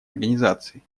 организации